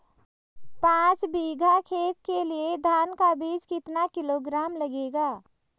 पाँच बीघा खेत के लिये धान का बीज कितना किलोग्राम लगेगा?